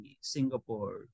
Singapore